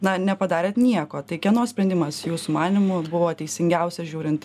na nepadarėt nieko tai kieno sprendimas jūsų manymu buvo teisingiausias žiūrint